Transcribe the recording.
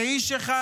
כאיש אחד,